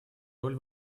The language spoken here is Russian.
роль